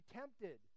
tempted